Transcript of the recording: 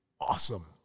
awesome